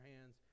hands